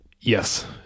yes